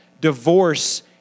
divorce